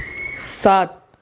سات